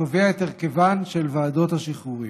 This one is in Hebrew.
קובע את הרכבן של ועדות השחרורים.